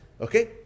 Okay